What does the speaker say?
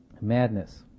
Madness